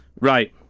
Right